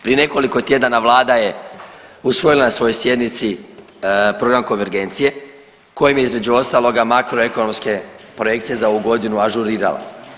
Prije nekoliko tjedana Vlada je usvojila na svojoj sjednici program konvergencije kojim je između ostaloga makro ekonomske projekcije za ovu godinu ažurirala.